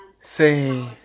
say